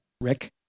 Rick